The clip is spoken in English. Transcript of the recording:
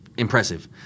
impressive